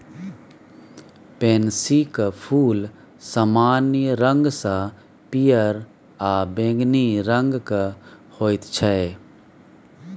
पैंसीक फूल समान्य रूपसँ पियर आ बैंगनी रंगक होइत छै